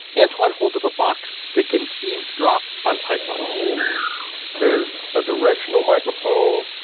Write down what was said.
antwon holds up a box that can eavesdrop on pipelines there's a directional microphone.